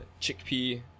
chickpea